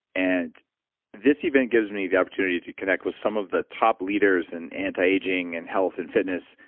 and this event gives me the opportunity to connect with some of the top leaders in anti-aging and health and fitness,